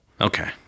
okay